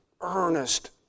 earnest